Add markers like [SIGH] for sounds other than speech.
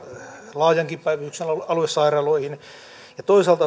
laajankin päivystyksen aluesairaaloihin ja toisaalta [UNINTELLIGIBLE]